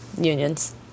unions